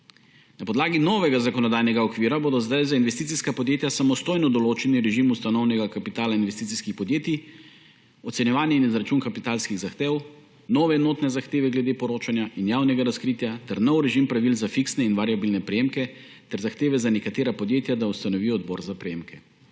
Na podlagi novega zakonodajnega okvira bodo zdaj za investicijska podjetja samostojno določen režim ustanovnega kapitala investicijskih podjetij, ocenjevanje in izračun kapitalskih zahtev, nove enotne zahteve glede poročanja in javnega razkritja ter nov režim pravil za fiksne in variabilne prejemke ter zahteve za nekatera podjetja, da ustanovijo odbor za prejemke.